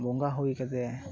ᱵᱚᱸᱜᱟ ᱦᱩᱭ ᱠᱟᱛᱮᱜ